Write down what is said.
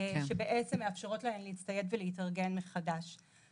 שבעצם מאפשרות להן להצטייד ולהתארגן מחדש.